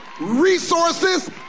resources